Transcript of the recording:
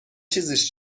چیزیش